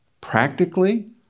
practically